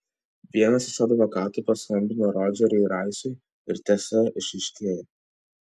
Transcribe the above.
vienas iš advokatų paskambino rodžeriui raisui ir tiesa išaiškėjo